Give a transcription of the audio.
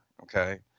okay